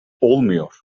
olmuyor